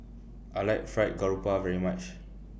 I like Fried Garoupa very much